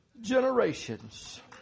generations